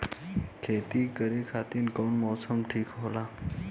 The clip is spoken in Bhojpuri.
खेती करे खातिर कौन मौसम ठीक होला?